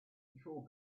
before